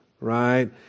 right